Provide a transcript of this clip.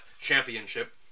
Championship